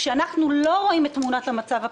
כשאנחנו לא רואים את תמונת המצב הכוללת,